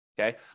okay